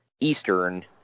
Eastern